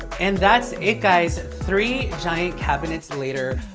and that's it, guys. three giant cabinets later,